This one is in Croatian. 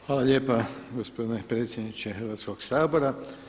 Hvala lijepa gospodine predsjedniče Hrvatskog sabora.